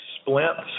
splints